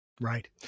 Right